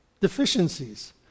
deficiencies